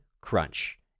crunch